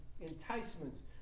enticements